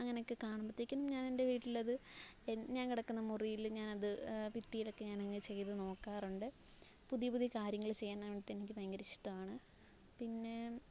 അങ്ങനൊക്കെ കാണുമ്പോഴത്തേക്കും ഞാനെന്റെ വീട്ടിലത് ഞാന് കിടക്കുന്ന മുറിയില് ഞാനത് ഭിത്തിയിലൊക്കെ ഞാനങ്ങനെ ചെയ്തു നോക്കാറുണ്ട് പുതിയ പുതിയ കാര്യങ്ങള് ചെയ്യാന് വേണ്ടിയിട്ട് എനിക്ക് ഭയങ്കര ഇഷ്ടമാണ് പിന്നെ